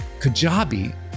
Kajabi